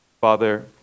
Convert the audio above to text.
Father